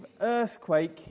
earthquake